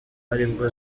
aribwo